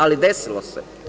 Ali, desilo se.